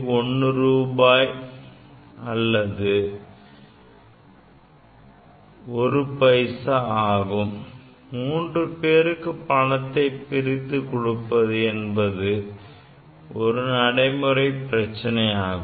01 ரூபாய் அல்லது 1 பைசா மூன்று பேருக்கு பணத்தைப் பிரித்துக் கொடுப்பது என்பது ஒரு நடைமுறை பிரச்சனை ஆகும்